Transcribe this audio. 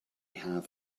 haf